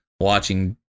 watching